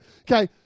Okay